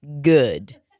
Good